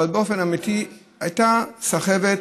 אבל באופן אמיתי הייתה סחבת,